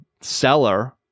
seller